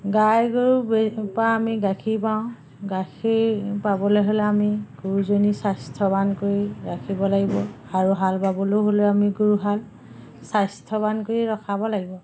গাই গৰুৰ পৰা আমি গাখীৰ পাওঁ গাখীৰ পাবলে হ'লে আমি গৰুজনী স্বাস্থ্যৱান কৰি ৰাখিব লাগিব আৰু হাল বাবলৈও হ'লেও আমি গৰু হাল স্বাস্থ্যৱান কৰি ৰখাব লাগিব